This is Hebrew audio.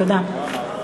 תודה.